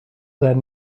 that